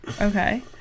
Okay